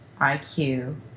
IQ